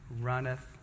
runneth